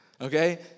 okay